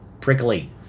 Prickly